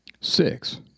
Six